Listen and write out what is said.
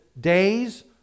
days